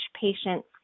patient's